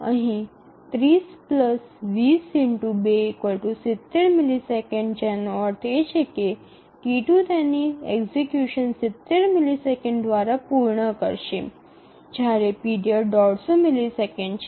અહીં ૩0 ૨0 ∗ ૨ ૭0 મિલિસેકન્ડ જેનો અર્થ છે કે T2 તેની એક્ઝિકયુશન ૭0 મિલિસેકન્ડ દ્વારા પૂર્ણ કરશે જ્યારે પીરિયડ ૧૫0 મિલિસેકન્ડ છે